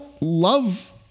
love